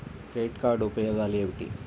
Credit card ఉపయోగాలు ఏమిటి?